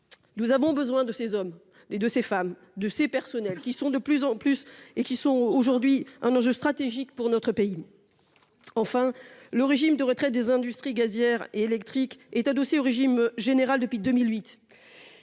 Nous avons besoin de ces hommes et de ces femmes, de ces personnels qui sont aujourd'hui un enjeu stratégique pour notre pays. Enfin, le régime de retraite des industries gazières et électriques est adossé au régime général depuis 2008.